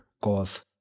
cause